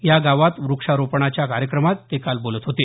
या गावात व्रक्षारोपणाच्या कार्यक्रमात ते काल बोलत होते